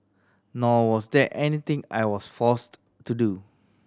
nor was there anything I was forced to do